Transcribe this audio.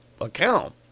account